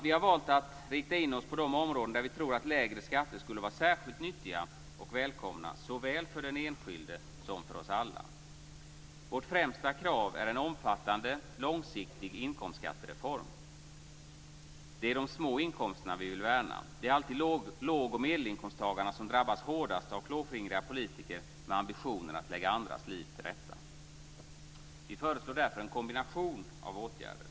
Vi har valt att rikta in oss på de områden där vi tror att lägre skatter skulle vara särskilt nyttiga och välkomna, såväl för den enskilde som för oss alla. Vårt främsta krav är en omfattande långsiktig inkomstskattereform. Det är de små inkomsterna som vi vill värna. Det är alltid låg och medelinkomsttagarna som drabbas hårdast av klåfingriga politiker med ambitioner att lägga andra människors liv till rätta. Vi föreslår därför en kombination av åtgärder.